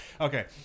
okay